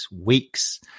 weeks